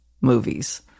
movies